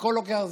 והכול לוקח זמן.